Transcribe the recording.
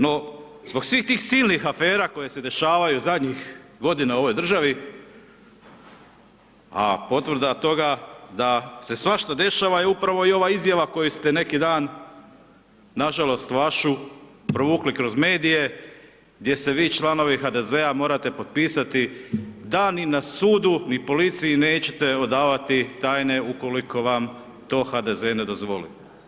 No, zbog svih tih silnih afera koje se dešavaju zadnjih godina u ovoj državi, a potvrda toga je da se svašta dešava, je upravo ova izjava koju ste neki dan, nažalost, vašu provukli kroz medije, gdje se vi članovi HDZ-a morate potpisati, da ni na sudu ni na policiji nećete odavati tajne ukoliko vam HDZ to ne dozvoli.